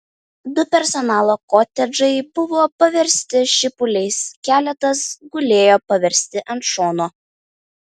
du personalo kotedžai buvo paversti šipuliais keletas gulėjo parversti ant šono